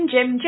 Jim